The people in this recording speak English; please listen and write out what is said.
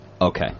Okay